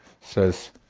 says